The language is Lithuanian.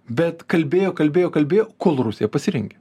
bet kalbėjo kalbėjo kalbėjo kol rusija pasirengė